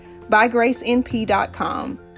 ByGraceNP.com